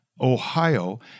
Ohio